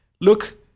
look